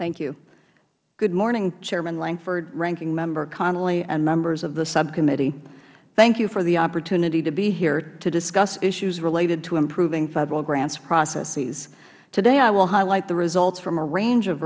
thank you good morning chairman lankford ranking member connolly and members of the subcommittee thank you for the opportunity to be here to discuss issues related to improving federal grants processes today i will highlight the results from a range of